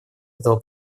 этого